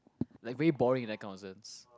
like very boring that kind of nonsense